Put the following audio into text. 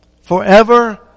forever